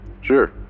Sure